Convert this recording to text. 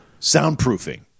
soundproofing